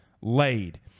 laid